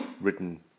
written